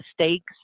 mistakes